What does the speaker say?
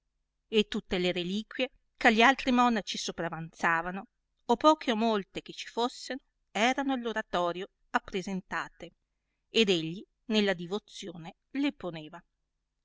e tutte le reliquie eh a gli altri monaci sopravanzavano poche molte che ci fosseno erano all oratorio appresentate ed egli nella divozione le poneva